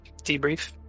debrief